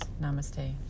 namaste